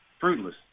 fruitless